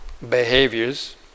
behaviors